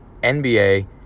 NBA